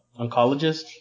Oncologist